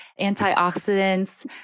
antioxidants